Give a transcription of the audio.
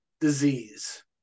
disease